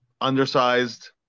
undersized